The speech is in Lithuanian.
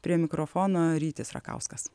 prie mikrofono rytis rakauskas